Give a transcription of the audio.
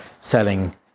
selling